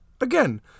again